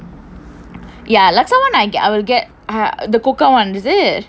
ya laksa [one] I will get the coco [one] is it